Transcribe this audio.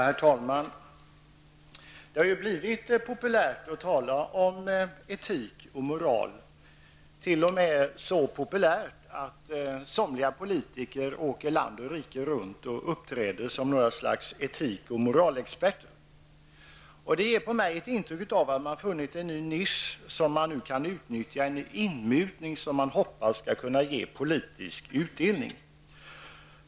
Herr talman! Det har blivit populärt att tala om etik och moral, t.o.m. så populärt att somliga politiker åker land och rike runt och uppträder som något slags etik och moralexperter. På mig ger det ett intryck av att man har funnit en ny nisch som man nu kan utnyttja, en inmutning som man hoppas skall ge politisk utdelning.